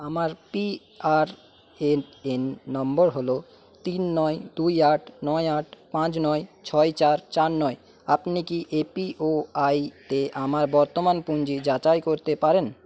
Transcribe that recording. আমার পিআরএনএন নম্বর হলো তিন নয় দুই আট নয় আট পাঁচ নয় ছয় চার চার নয় আপনি কি এ পি ও আইতে আমার বর্তমান পুঞ্জি যাচাই করতে পারেন